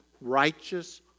righteous